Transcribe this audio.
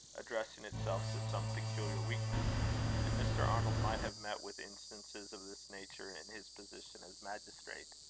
addressing itself to some peculiar weakness and mr. arnold might have met with instances of this nature in his position as magistrate.